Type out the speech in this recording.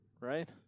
right